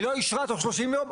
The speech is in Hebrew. היא לא אישרה בתוך 30 ימים,